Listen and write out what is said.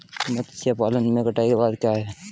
मत्स्य पालन में कटाई के बाद क्या है?